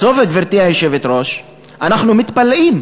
בסוף, גברתי היושבת-ראש, אנחנו מתפלאים,